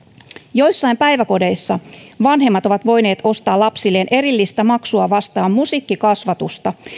joissain päiväkodeissa vanhemmat ovat voineet ostaa lapsilleen erillistä maksua vastaan musiikkikasvatusta